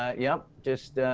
ah yap, just,